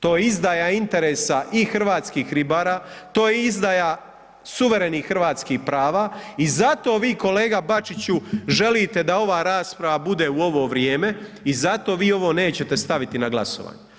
To je izdaja interesa i hrvatskih ribara, to je izdaja suverenih hrvatskih prava i zato vi, kolega Bačiću, želite da ova rasprava bude u ovo vrijeme i zato vi ovo nećete staviti na glasovanje.